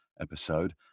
episode